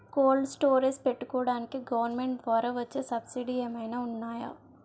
Cold storage పెట్టుకోడానికి government ద్వారా వచ్చే సబ్సిడీ ఏమైనా ఉన్నాయా?